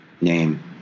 name